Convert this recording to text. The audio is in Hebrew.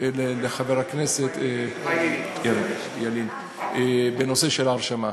חבר הכנסת ילין, בנושא של ההרשמה.